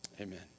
Amen